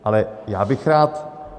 Ale já bych rád...